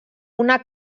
una